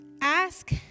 ask